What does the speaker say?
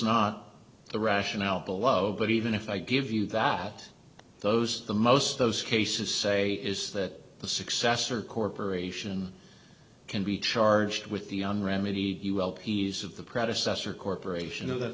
not the rationale beloved but even if i give you that those the most those cases say is that the successor corporation can be charged with the un remedy you l p s of the predecessor corporation of th